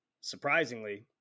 surprisingly